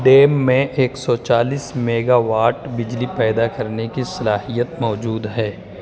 dam میں ایک سو چالیس میگا واٹ بجلی پیدا کرنے کی صلاحیت موجود ہے